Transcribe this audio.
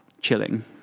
chilling